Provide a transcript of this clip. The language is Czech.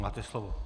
Máte slovo.